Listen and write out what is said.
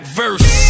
verse